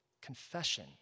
Confession